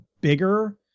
bigger